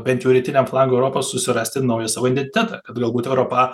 bent jau rytiniam flangui europos susirasti naują savo identitetą kad galbūt europa